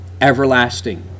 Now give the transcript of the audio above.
everlasting